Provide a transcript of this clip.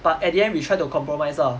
but at the end we try to compromise lah